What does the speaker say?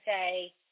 say